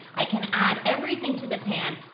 i can add everything to the pan.